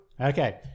Okay